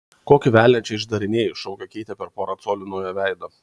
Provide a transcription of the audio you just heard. kokį velnią čia išdarinėji šaukė keitė per porą colių nuo jo veido